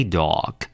dog